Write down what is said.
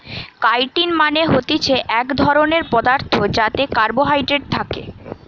chitin মানে হতিছে এক ধরণের পদার্থ যাতে কার্বোহাইড্রেট থাকে